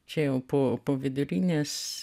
čia jau po vidurinės